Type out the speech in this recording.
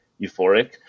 euphoric